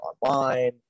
online